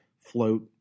float